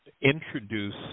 introduce